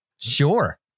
Sure